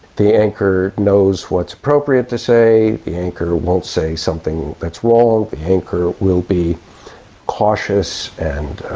the anchor knows what's appropriate to say, the anchor won't say something that's wrong, the anchor will be cautious and